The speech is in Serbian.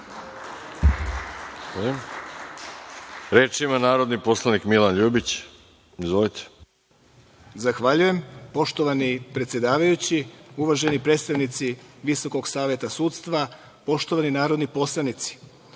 ima narodni poslanik Milan Ljubić. Izvolite.